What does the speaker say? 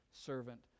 servant